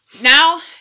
Now